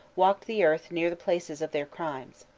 walked the earth near the places of their crimes.